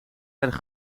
erg